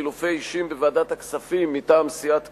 חילופי אישים בוועדת הכספים מטעם סיעת קדימה,